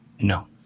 No